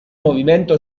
movimento